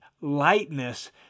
lightness